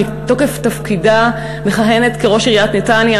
שמתוקף תפקידה מכהנת כראש עיריית נתניה,